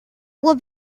uhr